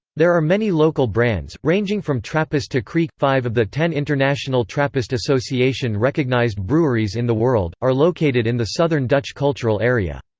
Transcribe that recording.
there are many local brands, ranging from trappist to kriek. five of the ten international trappist association recognised breweries in the world, are located in the southern dutch cultural area.